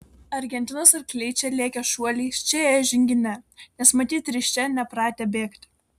argentinos arkliai čia lėkė šuoliais čia ėjo žingine nes matyt risčia nepratę bėgti